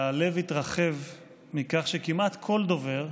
והלב התרחב מכך שכמעט כל דובר,